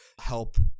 help